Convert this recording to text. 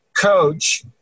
coach